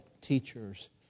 teachers